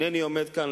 אינני עומד כאן,